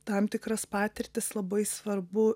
tam tikras patirtis labai svarbu